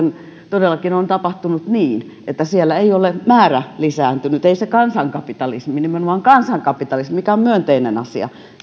todellakin on tapahtunut niin että siellä ei ole määrä lisääntynyt se kansankapitalismi nimenomaan kansankapitalismi joka on myönteinen asia